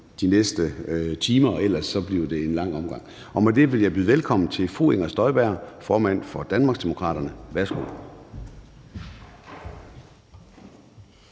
de næste timer, ellers bliver det en lang omgang. Med det vil jeg byde velkommen til fru Inger Støjberg, formand for Danmarksdemokraterne. Værsgo.